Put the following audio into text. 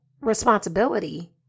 responsibility